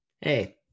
Hey